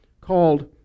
called